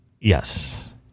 Yes